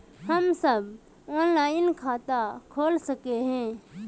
हम सब ऑनलाइन खाता खोल सके है?